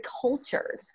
cultured